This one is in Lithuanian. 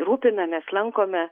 rūpinamės lankome